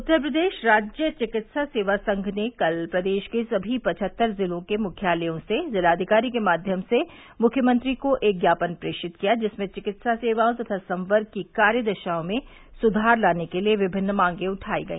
उत्तर प्रदेश राज्य चिकित्सा सेवा संघ ने कल प्रदेश के सभी पचहत्तर जिलों के मुख्यालयों से जिलाधिकारी के माध्यम से मुख्यमंत्री को एक ज्ञापन प्रेषित किया जिसमें चिकित्सा सेवाओं तथा संवर्ग की कार्य दशाओं में सुधार लाने के लिए विभिन्न मांगे उठायी गई